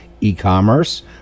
e-commerce